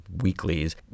weeklies